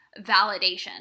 validation